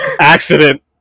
Accident